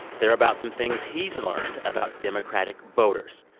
they're about some things he's learned about democratic voters.